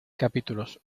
capítulos